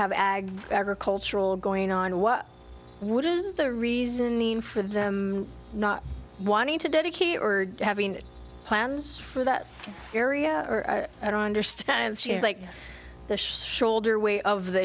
have ag agricultural going on what what is the reasoning for them not wanting to dedicate or having plans for that area i don't understand she is like the shoulder way of the